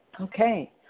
Okay